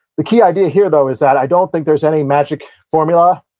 the key idea here, though, is that i don't think there's any magic formula.